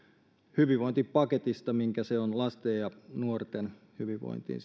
hyvinvointipaketista minkä se on siinä panostanut lasten ja nuorten hyvinvointiin